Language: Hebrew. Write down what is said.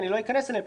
לא אכנס אליהם,